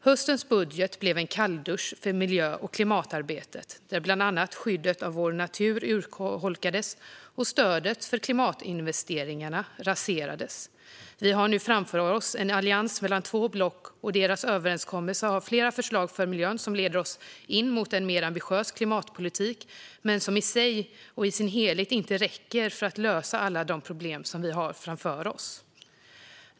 Höstens budget blev en kalldusch för miljö och klimatarbetet, där bland annat skyddet av vår natur urholkades och stödet för klimatinvesteringarna raserades. Vi har nu framför oss en allians mellan två block. Deras överenskommelse har flera förslag för miljön som leder oss in mot en mer ambitiös klimatpolitik. Men den räcker i sig och i sin helhet inte för att lösa alla de problem som vi har framför oss.